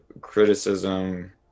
criticism